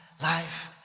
Life